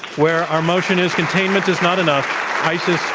where our motion is containment is not enough isis